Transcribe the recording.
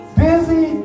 busy